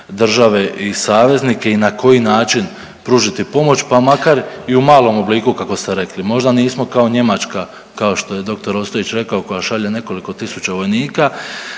države i saveznike i na koji način pružiti pomoć, pa makar i u malom obliku kako ste rekli, možda nismo kao Njemačka, kao što je doktor Ostojić rekao, koja šalje nekoliko tisuća vojnika,